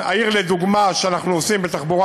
העיר לדוגמה שאנחנו עושים בתחבורה